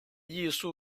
艺术